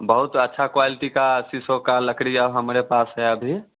बहुत अच्छी क्वालिटी का सीसो का लकड़ी अब हमारे पास है अभी